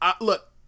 look